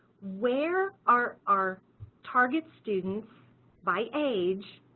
where are our target students by age,